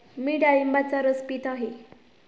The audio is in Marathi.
मी डाळिंबाचा रस पीत आहे